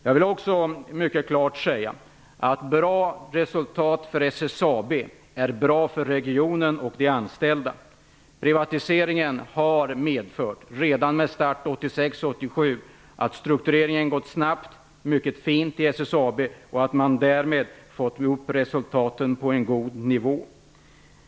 Jag vill klart säga att bra resultat för SSAB är bra för regionen och för de anställda. Privatiseringen har medfört -- redan med start 1986--1987 -- att struktureringen har gått snabbt och fint i SSAB och att därmed resultaten är på en god nivå.